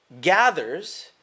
gathers